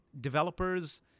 developers